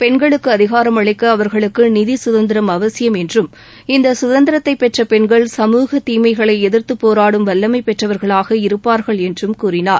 பெண்களுக்கு அதிகாரம் அளிக்க அவா்களுக்கு நிதி சுதந்திரம் அவசியம் என்றும் இந்த சுதந்திரத்தை பெற்ற பெண்கள் சமூக தீமைகளை எதிர்த்து போராடும் வல்லமை பெற்றவர்களாக இருப்பார்கள் என்றும் கூறினார்